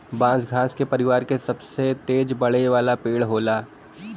बांस घास के परिवार क सबसे तेज बढ़े वाला पेड़ होला